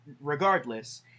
regardless